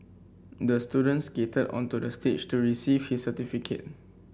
the student skated onto the stage to receive his certificate